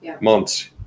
months